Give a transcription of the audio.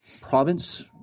province